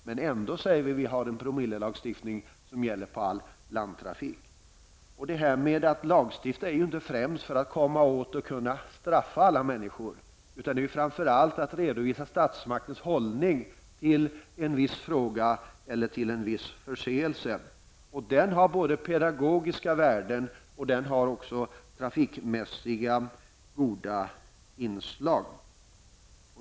Men ändå vill vi ha en promillelagstiftning som gäller för all landtrafik. Man lagstiftar ju inte främst för att komma åt och straffa alla människor, utan för att redovisa statsmaktens hållning till en viss fråga eller till en viss förseelse. Det har både parlamentariska värden och trafikmässigt goda inslag.